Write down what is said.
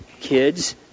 kids